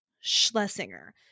Schlesinger